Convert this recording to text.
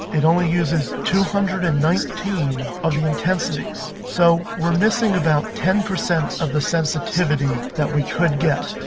it only uses two hundred and nineteen of the intensities. so we're missing about ten percent of the sensitivity that we could get.